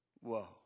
Whoa